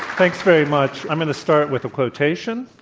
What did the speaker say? thanks very much. i'm going to start with a quotation.